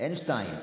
אין שניים.